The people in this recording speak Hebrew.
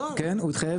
כן,